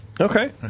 Okay